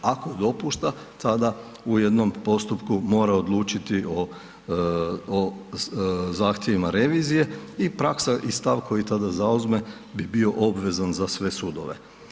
Ako dopušta tada u jednom postupku mora odlučiti o zahtjevima revizije i praksa i stav koji tada zauzme bi bio obvezan za sve sudove.